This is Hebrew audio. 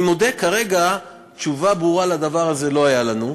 אני מודה שתשובה ברורה לדבר הזה לא הייתה לנו.